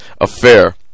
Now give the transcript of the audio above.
affair